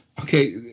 Okay